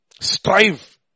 Strive